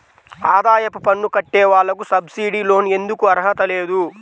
ఆదాయ పన్ను కట్టే వాళ్లకు సబ్సిడీ లోన్ ఎందుకు అర్హత లేదు?